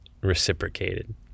reciprocated